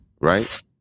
right